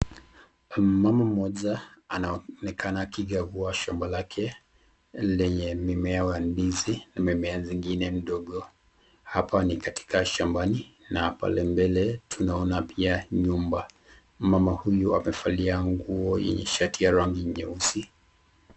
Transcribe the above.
Mmama mmoja anaonekana akikagua shamba lake lenye mimea wa ndizi, imemea zingine mdogo. Hapa ni katika shambani na pale mbele tunaona pia nyumba. Mmama huyu amevalia nguo yenye shati ya rangi nyeusi